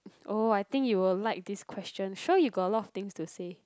oh I think you will like this question sure you got a lot of things to say